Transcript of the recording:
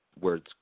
words